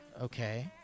Okay